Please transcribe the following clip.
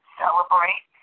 celebrate